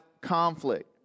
conflict